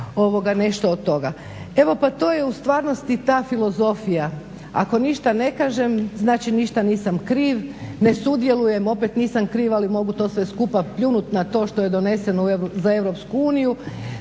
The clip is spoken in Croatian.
nešto od toga. Evo pa to je u stvarnosti ta filozofija. Ako ništa ne kažem znači ništa nisam kriv, ne sudjelujem opet nisam kriv ali mogu to sve skupa pljunuti na to što je donesen za Europsku uniju.